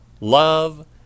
love